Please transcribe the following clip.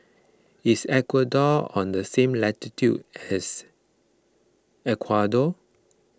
is Ecuador on the same latitude as Ecuador